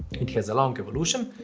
it has a long evolution,